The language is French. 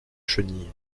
chenille